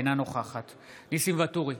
אינה נוכחת ניסים ואטורי,